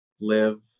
live